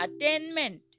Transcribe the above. attainment